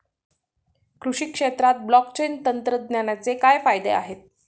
कृषी क्षेत्रात ब्लॉकचेन तंत्रज्ञानाचे काय फायदे आहेत?